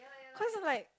cause is like